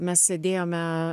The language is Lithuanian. mes sėdėjome